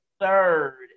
third